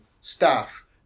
staff